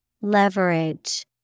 Leverage